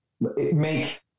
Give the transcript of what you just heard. Make